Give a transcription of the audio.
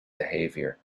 behavior